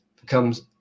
becomes